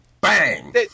Bang